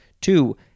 Two